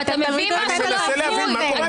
אני מנסה להבין מה קורה פה.